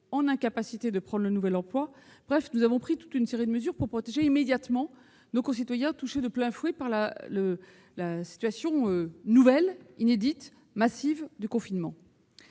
en incapacité de prendre leur nouvel emploi. Nous avons ainsi pris toute une série de mesures pour protéger immédiatement nos concitoyens touchés de plein fouet par la situation inédite du confinement.